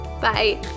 Bye